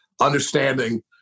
understanding